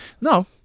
No